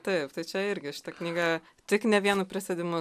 taip tai čia irgi šita knyga tik ne vienu prisėdimu